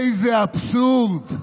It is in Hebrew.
איזה אבסורד,